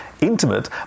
intimate